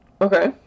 okay